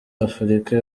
afurika